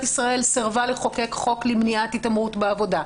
ישראל סירבה לחוקק חוק למניעת התעמרות בעבודה.